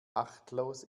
achtlos